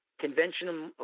conventional